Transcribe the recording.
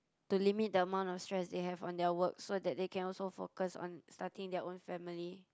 to limit the amount of stress they have on their work so that they can also focus on starting their own family